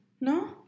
No